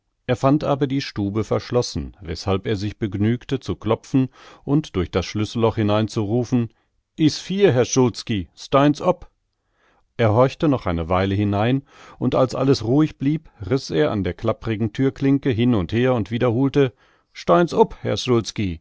er fand aber die stube verschlossen weshalb er sich begnügte zu klopfen und durch das schlüsselloch hineinzurufen is vier herr szulski steihn's upp er horchte noch eine weile hinein und als alles ruhig blieb riß er an der klapprigen thürklinke hin und her und wiederholte steihn's upp herr